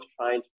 trying